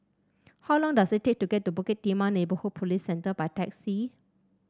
how long does it take to get to Bukit Timah Neighbourhood Police Centre by taxi